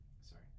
Sorry